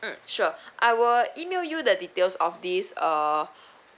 um sure I will email you the details of these uh